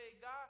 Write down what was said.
god